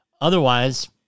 Otherwise